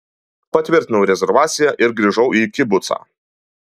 patvirtinau rezervaciją ir grįžau į kibucą